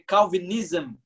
Calvinism